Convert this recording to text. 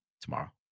Tomorrow